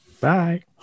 bye